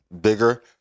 bigger